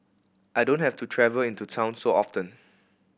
I don't have to travel into town so often